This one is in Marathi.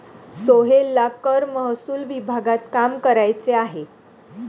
सोहेलला कर महसूल विभागात काम करायचे आहे